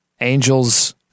Angels